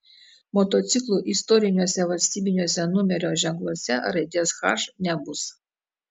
motociklų istoriniuose valstybiniuose numerio ženkluose raidės h nebus